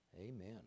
Amen